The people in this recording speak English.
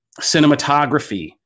cinematography